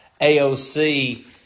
aoc